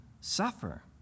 suffer